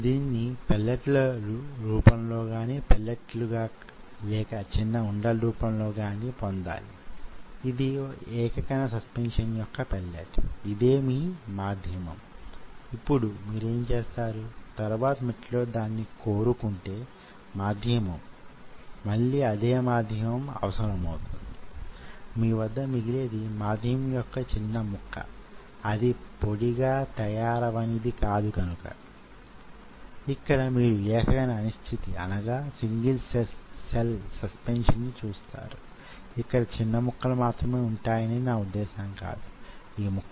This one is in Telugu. ఉదాహరణకు కండరాలు క్రమేపీ క్షీణించే శరీర రుగ్మత మస్క్యులర్ దిస్త్రోఫీ విషయంలో డ్రగ్స్ ని గాని మ్యో ట్యూబ్ యొక్క ఫెనొ టైప్ ల ను గాని లేదా కండరాలతో సంబంధం వున్న రుగ్మతలు గాని ప్రదర్శించేటప్పడు